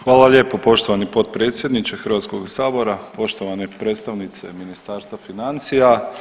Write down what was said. Hvala lijepo poštovani potpredsjedniče Hrvatskog sabora, poštovani predstavnice Ministarstva financija.